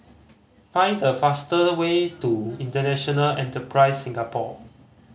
find the fast way to International Enterprise Singapore